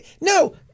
No